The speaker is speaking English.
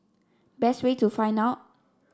best way to find out